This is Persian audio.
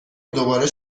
دوباره